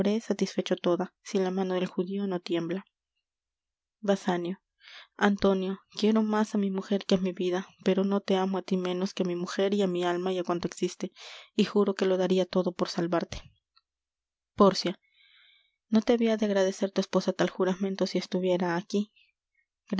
satisfecho toda si la mano del judío no tiembla basanio antonio quiero más á mi mujer que á mi vida pero no te amo á tí menos que á mi mujer y á mi alma y á cuanto existe y juro que lo daria todo por salvarte pórcia no te habia de agradecer tu esposa tal juramento si estuviera aquí